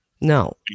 No